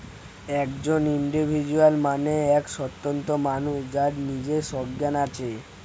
একজন ইন্ডিভিজুয়াল মানে এক স্বতন্ত্র মানুষ যার নিজের সজ্ঞান আছে